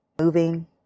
moving